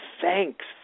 thanks